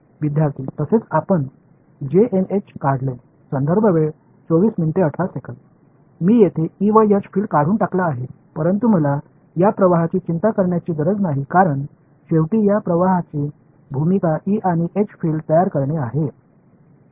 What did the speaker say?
विद्यार्थी तसेच आपण जे एन एच काढले मी येथे ई व एच फील्ड काढून टाकला आहे परंतु मला या प्रवाहांची चिंता करण्याची गरज नाही कारण शेवटी या प्रवाहांची भूमिका ई आणि एच फील्ड तयार करणे आहे